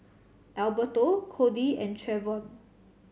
Alberto Cody and Trevon